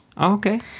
Okay